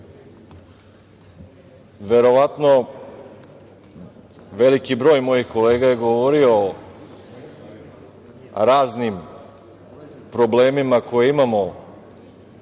prošlosti. Verovatno veliki broj mojih kolega je govorio o raznim problemima koje smo